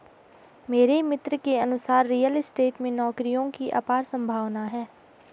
मेरे मित्र के अनुसार रियल स्टेट में नौकरियों की अपार संभावना है